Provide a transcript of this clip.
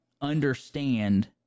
understand